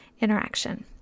interaction